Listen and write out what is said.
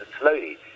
slowly